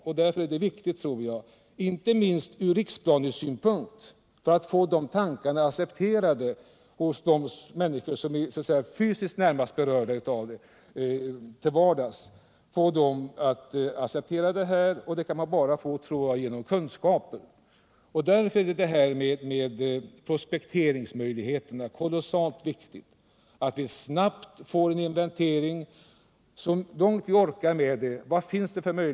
— Nr 52 Jag tror därför att det är viktigt, inte minst från riksplanesynpunkt, Torsdagen den att vi får våra tankar accepterade av de människor som så att säga till 15 december 1977 vardags är fysiskt närmast berörda. Det kan vi bara åstadkomma genom kunskaper. Därför är frågan om prospekteringsmöjligheterna kolossalt — Den fysiska viktig. Vi måste snabbt få till stånd en inventering, så att vi vet vilka = riksplaneringen för möjligheter som finns för befolkningen här uppe.